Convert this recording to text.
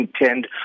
intend